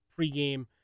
pregame